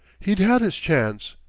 he'd had his chance,